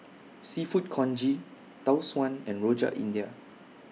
Seafood Congee Tau Suan and Rojak India